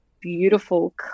beautiful